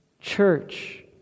Church